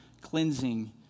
cleansing